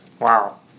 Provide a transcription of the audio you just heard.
Wow